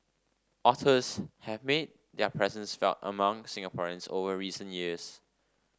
otters have made their presence felt among Singaporeans over recent years